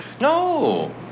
no